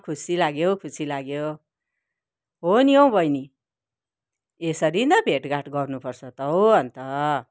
खुसी लाग्यो खुसी लाग्यो हो नि औ बहिनी यसरी नै भेटघाट गर्नु पर्छ त हौ अन्त